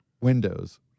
windows